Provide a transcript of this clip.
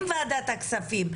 עם ועדת הכספים,